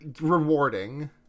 rewarding